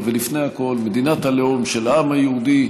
ולפני הכול מדינת הלאום של העם היהודי,